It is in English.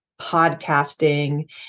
podcasting